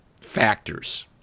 factors